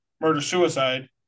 Murder-suicide